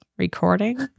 recording